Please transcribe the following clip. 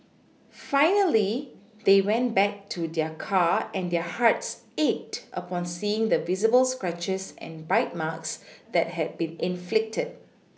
finally they went back to their car and their hearts ached upon seeing the visible scratches and bite marks that had been inflicted